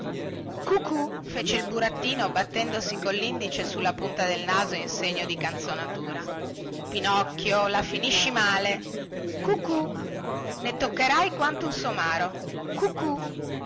cucù fece il burattino battendosi collindice sulla punta del naso in segno di canzonatura pinocchio la finisce male cucù ne toccherai quanto un somaro cucù